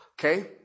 Okay